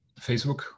Facebook